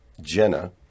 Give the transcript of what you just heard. Jenna